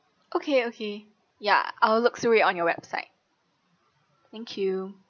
okay okay ya I'll look through it on your website thank you